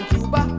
Cuba